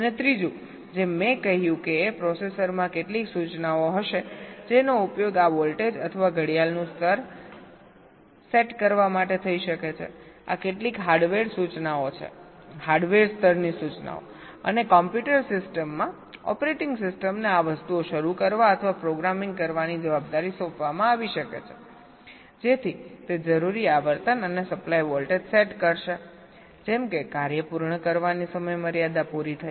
અને ત્રીજું જેમ મેં કહ્યું કે પ્રોસેસરમાં કેટલીક સૂચનાઓ હશે જેનો ઉપયોગ આ વોલ્ટેજ અથવા ઘડિયાળનું સ્તર સેટ કરવા માટે થઈ શકે છે આ કેટલીક હાર્ડવેર સૂચનાઓ છેહાર્ડવેર સ્તરની સૂચનાઓ અને કમ્પ્યુટર સિસ્ટમમાં ઓપરેટિંગ સિસ્ટમને આ વસ્તુઓ શરૂ કરવા અથવા પ્રોગ્રામિંગ કરવાની જવાબદારી સોંપવામાં આવી શકે છે જેથી તે જરૂરી આવર્તન અને સપ્લાય વોલ્ટેજ સેટ કરશે જેમ કે કાર્ય પૂર્ણ કરવાની સમયમર્યાદા પૂરી થાય